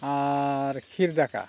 ᱟᱨ ᱠᱷᱤᱨ ᱫᱟᱠᱟ